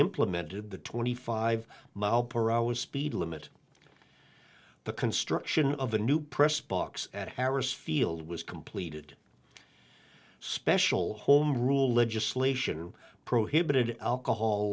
implemented the twenty five mile per hour speed limit the construction of a new press box at harris field was completed special home rule legislation prohibited alcohol